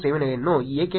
ಇದು ಏಕೆ ಅದು ಏಕೆ ಸರಿ